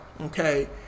okay